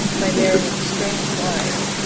by marrying strange wives,